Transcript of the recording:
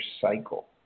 cycle